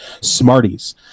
Smarties